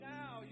now